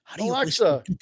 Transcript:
Alexa